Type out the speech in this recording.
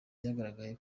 byagaragaye